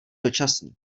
dočasný